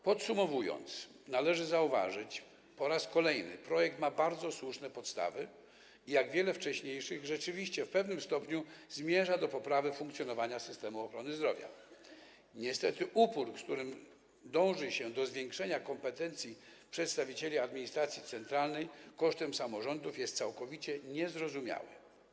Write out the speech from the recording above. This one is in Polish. Podsumowując, należy zauważyć, że po raz kolejny projekt ma bardzo słuszne podstawy i jak wiele wcześniejszych rzeczywiście w pewnym stopniu zmierza do poprawy funkcjonowania systemu ochrony zdrowia, niestety upór, z którym dąży się do zwiększenia kompetencji przedstawicieli administracji centralnej kosztem samorządów, jest całkowicie niezrozumiały.